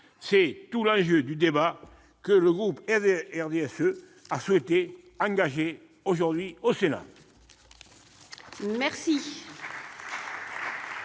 C'est tout l'enjeu du débat que le groupe du RDSE a souhaité engager aujourd'hui au Sénat. La